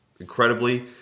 incredibly